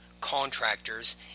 contractors